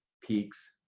peaks